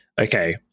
okay